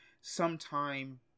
sometime